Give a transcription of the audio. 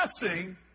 blessing